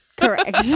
Correct